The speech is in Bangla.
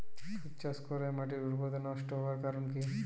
তুতে চাষ করাই মাটির উর্বরতা নষ্ট হওয়ার কারণ কি?